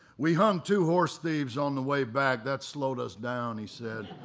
we hung two horse thieves on the way back that slowed us down, he said.